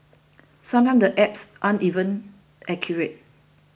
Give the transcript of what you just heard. sometimes the apps aren't even accurate